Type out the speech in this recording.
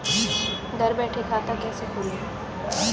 घर बैठे खाता कैसे खोलें?